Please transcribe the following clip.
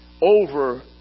over